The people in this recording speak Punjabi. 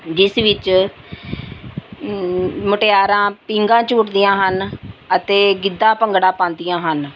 ਜਿਸ ਵਿੱਚ ਮੁਟਿਆਰਾਂ ਪੀਂਘਾਂ ਝੂਟਦੀਆਂ ਹਨ ਅਤੇ ਗਿੱਧਾ ਭੰਗੜਾ ਪਾਉਂਦੀਆਂ ਹਨ